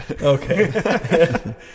Okay